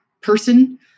person